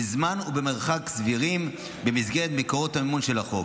בזמן ובמרחק סבירים במסגרת מקורות המימון של החוק.